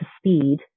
speed